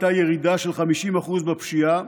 הייתה ירידה של 50% בפשיעה,